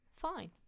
fine